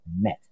met